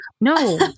No